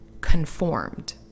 conformed